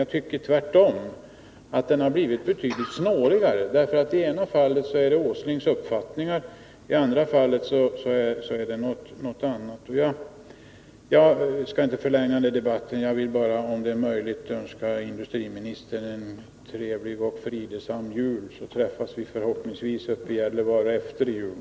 Jag tycker tvärtom att den har blivit betydligt snårigare. I ena fallet är det industriminister Åslings uppfattning vi har fått höra, i andra fall är det någonting annat. Jag skall inte förlänga debatten — jag vill bara önska industriministern en, om det är möjligt, trevlig och fridsam jul. Sedan träffas vi förhoppningsvis i Gällivare efter jul.